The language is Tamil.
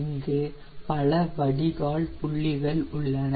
இங்கு பல வடிகால் புள்ளிகள் உள்ளன